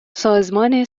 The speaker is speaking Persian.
سازمان